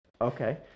Okay